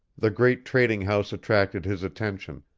the great trading-house attracted his attention,